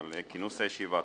על כינוס הישיבה,